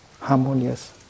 harmonious